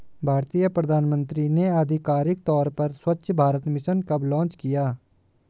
भारतीय प्रधानमंत्री ने आधिकारिक तौर पर स्वच्छ भारत मिशन कब लॉन्च किया?